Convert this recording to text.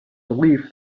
relief